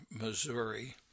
Missouri